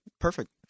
Perfect